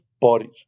bodies